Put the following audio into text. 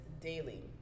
daily